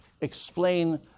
explain